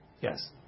Yes